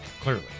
clearly